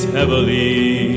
heavily